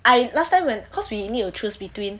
I last time when cause we need to choose between